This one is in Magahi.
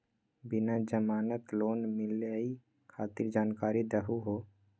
बिना जमानत लोन मिलई खातिर जानकारी दहु हो?